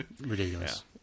ridiculous